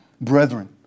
brethren